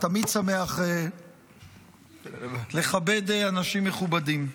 תמיד שמח לכבד אנשים מכובדים.